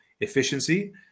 efficiency